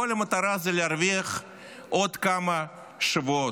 כל המטרה זה להרוויח עוד כמה שבועות.